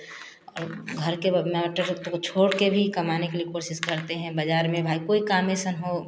और घर के टब तब छोड़ कर भी कमाने के लिए कोशिश करते हैं बाजार में भाई कोई काम ऐसे हो